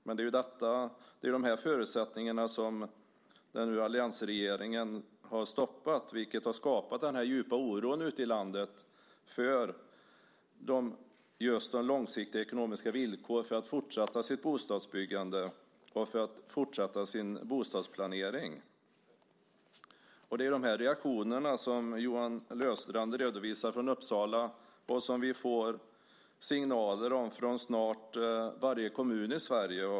Men det är de här förutsättningarna som den nya alliansregeringen har stoppat, vilket har skapat den här djupa oron ute i landet - de långsiktiga ekonomiska villkoren för att kunna fortsätta med bostadsplanering och bostadsbyggande. Det är de här reaktionerna som Johan Löfstrand redovisar från Uppsala och som vi får signaler om från snart varje kommun i Sverige.